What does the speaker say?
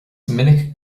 minic